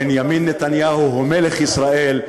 בנימין נתניהו הוא מלך ישראל,